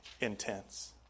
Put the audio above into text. intense